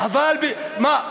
אבל מה?